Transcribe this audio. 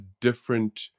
different